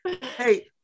Hey